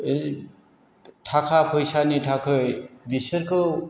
थाखा फैसानि थाखै बिसोरखौ